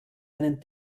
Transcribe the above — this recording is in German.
einen